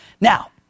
Now